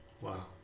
wow